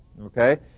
Okay